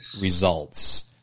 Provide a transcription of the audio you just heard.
results